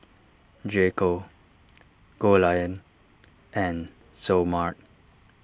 J Co Goldlion and Seoul Mart